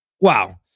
Wow